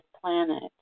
planet